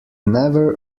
never